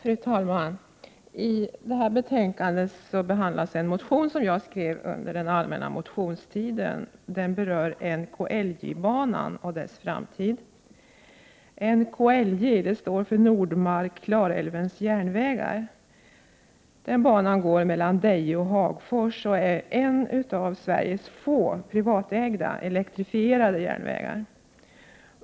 Fru talman! I detta betänkande behandlas en motion som jag skrev under den allmänna motionstiden. Den berör NKIJ-banan och dess framtid. NKIJ står för Nordmark-Klarälvens järnvägar. Den banan går mellan Deje och Hagfors och är en av Sveriges få privatägda elektrifierade järnvägar.